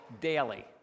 daily